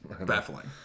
baffling